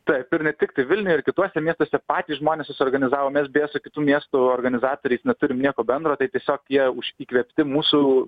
taip ir ne tik tai vilniuje ir kituose miestuose patys žmonės susiorganizavo mes beje su kitų miestų organizatoriais neturim nieko bendro tai tiesiog jie už įkvėpti mūsų